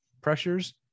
pressures